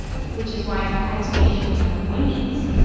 which is why i've had so many issues with my weight,